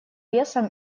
весом